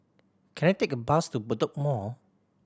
can I take a bus to Bedok Mall